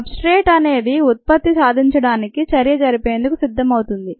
substrate అనేది ఉత్పత్తి సాధించడానికి చర్య జరిపేందుకు సిద్ధమవుతుంది